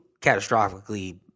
catastrophically